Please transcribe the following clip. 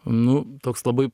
nu toks labai